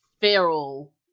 feral